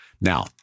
Now